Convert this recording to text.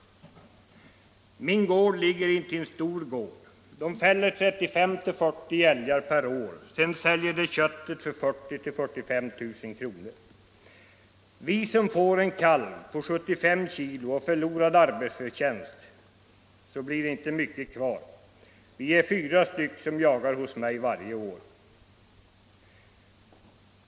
Min gård ligger intill en stor gård. Dom fäller 35-40 älgar per år sedan säljer de kött för 40-45 000 kronor. Vi som får en kalv på 75 kg och förlorad arbetsförtjänst så blir det inte mycket kvar. Vi är 4 st som jagar hos mig varje år.